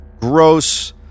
gross